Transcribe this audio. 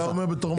אתה אומר בתור מה?